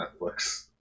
netflix